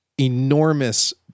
enormous